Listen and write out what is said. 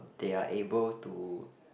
they are able to